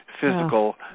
physical